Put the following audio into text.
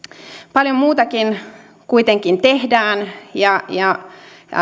paljon muutakin kuitenkin tehdään ja ja